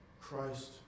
Christ